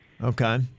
Okay